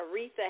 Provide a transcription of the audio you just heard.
Aretha